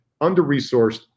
under-resourced